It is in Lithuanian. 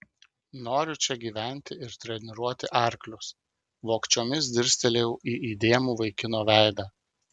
noriu čia gyventi ir treniruoti arklius vogčiomis dirstelėjau į įdėmų vaikino veidą